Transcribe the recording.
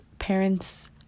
parents